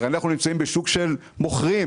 הרי אנחנו נמצאים בשוק של מוכרים,